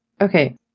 Okay